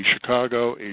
Chicago